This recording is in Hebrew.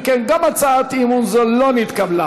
אם כן, גם הצעת אי-אמון זו לא נתקבלה.